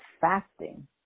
fasting